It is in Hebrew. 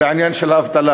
בעניין של האבטלה,